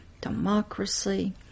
democracy